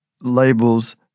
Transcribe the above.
labels